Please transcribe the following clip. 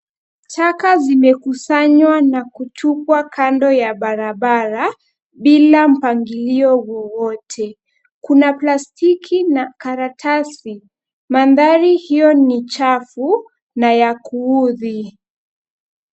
Taka zimekusanywa na kutupwa kando ya barabara bila mpangilio wowote. Kuna palstiki na karatasi. Bandari hiyo ni chafu na ya kuudhi.